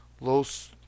Los